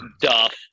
duff